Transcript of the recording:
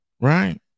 right